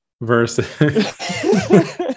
versus